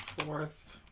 worth